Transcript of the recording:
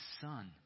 son